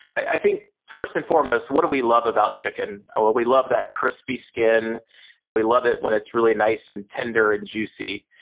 i think, first and foremost, what do we love about chicken? well, we love that crispy skin and we love it when it's really nice and tender and juicy.